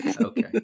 Okay